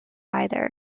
either